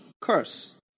curse